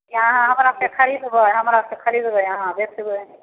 अहाँ हमरासँ खरिदबै हमरासँ खरिदबै अहाँ बेचबै